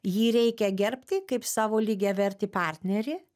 jį reikia gerbti kaip savo lygiavertį partnerį